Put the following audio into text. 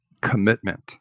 commitment